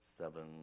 seven